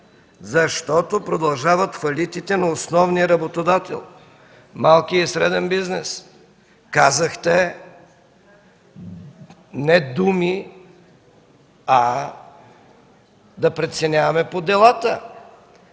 защото продължават фалитите на основния работодател – малкият и среден бизнес. Казахте: „Не думи, а да преценяваме по делата”.